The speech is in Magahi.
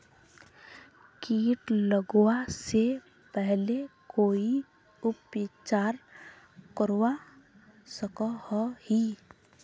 किट लगवा से पहले कोई उपचार करवा सकोहो ही?